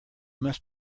must